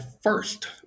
first